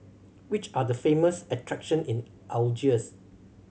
which are the famous attraction in Algiers